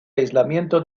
aislamiento